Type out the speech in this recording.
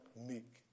meek